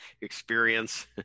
experience